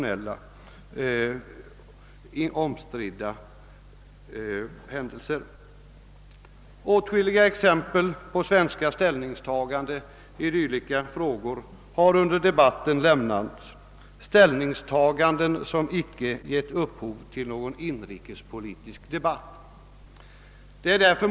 Under denna debatt har det lämnats åtskilliga exempel på svenska ställningstaganden i dylika frågor, ställningstaganden som inte har givit upphov till något inrikespolitiskt meningsutbyte.